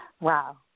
Wow